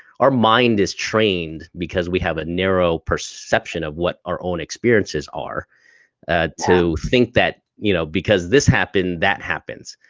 our mind is trained because we have a narrow perception of what our own experiences are to think that you know because this happened, that happens.